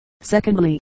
secondly